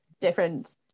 different